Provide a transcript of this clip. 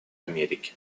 америки